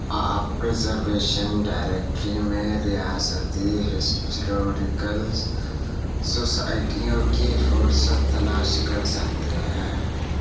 آپ preservation directory میں ریاستی ہسٹروریکل سوسائٹیوں کی فہرست تلاش کر سکتے ہیں